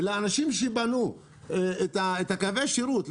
ואנשים שבנו את קווי השירות,